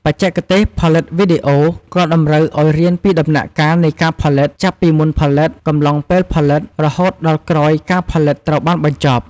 បច្ចេកទេសផលិតវីដេអូ ក៏តម្រូវឲ្យរៀនពីដំណាក់កាលនៃការផលិត ចាប់ពីមុនផលិត កំឡុងពេលផលិត រហូតដល់ក្រោយការផលិតត្រូវបានបញ្ចប់។